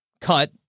cut